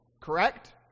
Correct